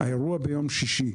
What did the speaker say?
האירוע ביום שישי,